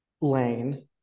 lane